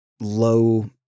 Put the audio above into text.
low